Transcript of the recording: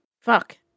fuck